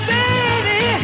baby